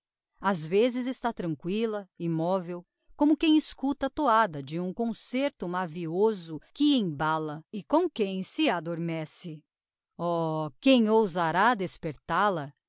ás vezes está tranquilla immovel como quem escuta a toada de um concerto mavioso que embala e com que se adormece oh quem ousará despertal a